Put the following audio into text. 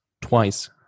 twice